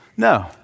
No